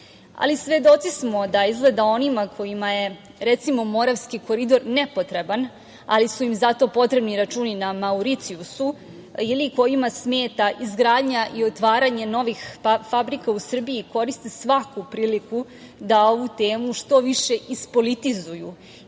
svedoci smo da izgleda onima kojima je, recimo, Moravski koridor nepotreban, ali su im zato potrebni računi na Mauricijusu, ili kojima smeta izgradnja i otvaranje novih fabrika u Srbiji koriste svaku priliku da ovu temu što više ispolitizuju